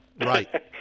Right